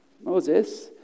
Moses